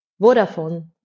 Vodafone